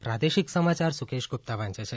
પ્રાદેશિક સમાયાર સુકેશ ગુપ્તા વાંચે છે